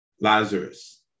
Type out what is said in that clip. Lazarus